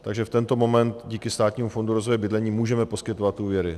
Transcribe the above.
Takže v tento moment díky Státnímu fondu rozvoje bydlení můžeme poskytovat úvěry.